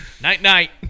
Night-night